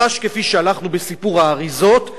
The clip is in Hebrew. ממש כפי שהלכנו בסיפור האריזות,